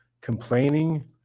complaining